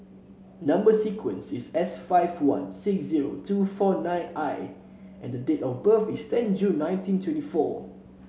number sequence is S five one six zero two four nine I and date of birth is ten June nineteen twenty four